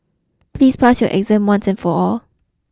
please pass your exam once and for all